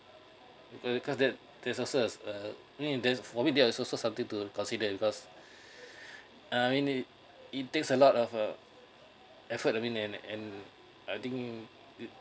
because that there's also uh I mean that's for me that's also something to reconsider with us I mean it it takes a lot of uh effort I mean and and I think it